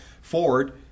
Ford